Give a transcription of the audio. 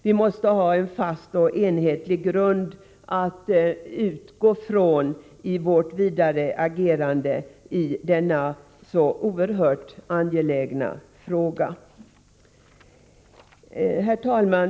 Vi måste ha en fast och enhetlig grund för vårt vidare agerande i denna så oerhört angelägna fråga. Herr talman!